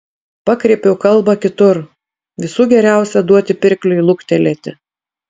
pakreipiau kalbą kitur visų geriausia duoti pirkliui luktelėti